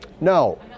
No